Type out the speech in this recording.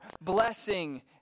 Blessing